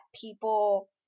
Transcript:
people